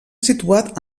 situat